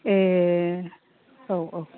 ए औ औ